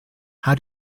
how